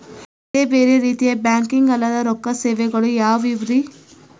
ಬೇರೆ ಬೇರೆ ರೀತಿಯ ಬ್ಯಾಂಕಿಂಗ್ ಅಲ್ಲದ ರೊಕ್ಕ ಸೇವೆಗಳು ಯಾವ್ಯಾವ್ರಿ?